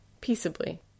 Peaceably